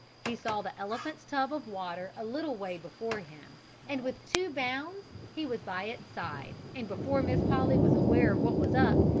he saw the elephant's tub of water a little way before him and with two bounds he was by its side and before miss polly was aware of what was up,